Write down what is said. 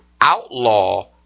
outlaw